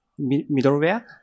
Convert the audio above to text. middleware